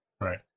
right